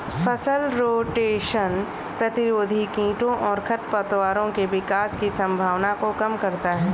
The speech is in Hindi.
फसल रोटेशन प्रतिरोधी कीटों और खरपतवारों के विकास की संभावना को कम करता है